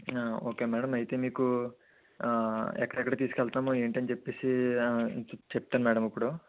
okay madam అయితే మీకూ ఎక్కడెక్కడికి తీసుకెళ్తున్నామో ఏంటని చెప్పేసి చెప్తాను మేడం ఇప్పుడు